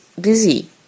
busy